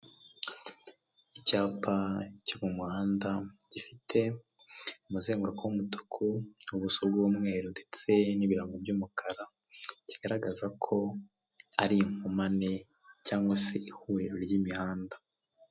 Icyapa cyo mu muhanda gifite umuzenguruko w'umutuku ubuso bw'umweru ndetse n'ibirango by'umukara, kigaragaza ko ari inkomane cyangwa se ihuriro ry'imihanda.